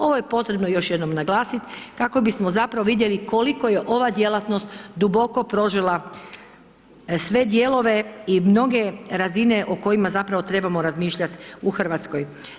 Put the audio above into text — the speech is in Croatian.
Ovo je potrebno još jednom naglasit kako bismo zapravo vidjeli koliko je ova djelatnost duboko prožela sve dijelove i mnoge razine o kojima zapravo trebamo razmišljat u RH.